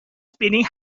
spinning